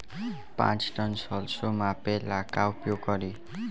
पाँच टन सरसो मापे ला का उपयोग करी?